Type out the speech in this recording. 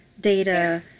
data